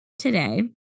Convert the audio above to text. today